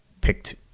picked